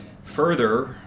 Further